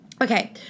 okay